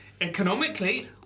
economically